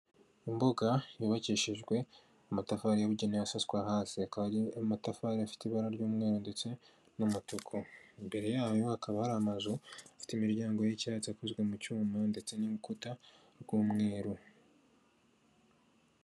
Imbuga yubakishijwe amatafari yabugenewe asaswa hasi, akaba ari amatafari afite ibara ry'umweru ndetse n'umutuku imbere yayo hakaba hari amazu afite imiryango y'icyatsi akozwe mu cyuma ndetse n'urukuta rw'umweru.